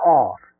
off